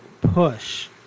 push